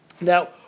Now